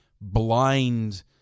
blind